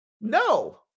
no